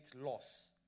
loss